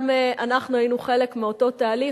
גם אנחנו היינו חלק מאותו תהליך,